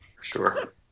Sure